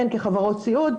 הן כחברות סיעוד,